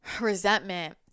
Resentment